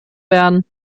werden